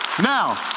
Now